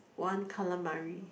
one calamari